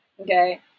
Okay